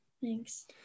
Thanks